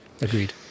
Agreed